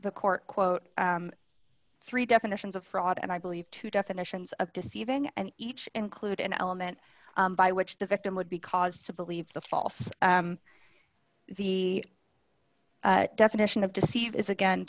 the court quote three definitions of fraud and i believe two definitions of deceiving and each include an element by which the victim would be cause to believe the false the definition of deceit is again